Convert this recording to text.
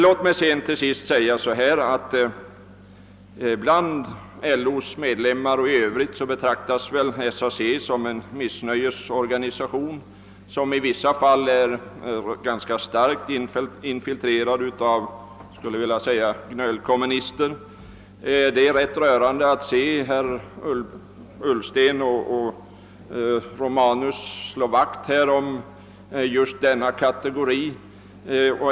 Låt mig till sist säga, att bland LO:s medlemmar betraktas SAC som en missnöjesorganisation, som i vissa fall är ganska starkt infiltrerad av kommunister. Det är ganska rörande att se herrar Ullsten och Romanus slå vakt om just denna kategori.